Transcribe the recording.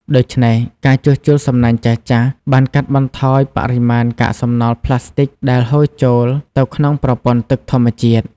ដូច្នេះ ការជួសជុលសំណាញ់ចាស់ៗបានកាត់បន្ថយបរិមាណកាកសំណល់ប្លាស្ទិកដែលហូរចូលទៅក្នុងប្រព័ន្ធទឹកធម្មជាតិ។